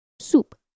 Soup